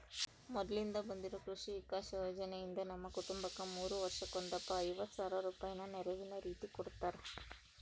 ಮೊದ್ಲಿಂದ ಬಂದಿರೊ ಕೃಷಿ ವಿಕಾಸ ಯೋಜನೆಯಿಂದ ನಮ್ಮ ಕುಟುಂಬಕ್ಕ ಮೂರು ವರ್ಷಕ್ಕೊಂದಪ್ಪ ಐವತ್ ಸಾವ್ರ ರೂಪಾಯಿನ ನೆರವಿನ ರೀತಿಕೊಡುತ್ತಾರ